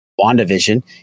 WandaVision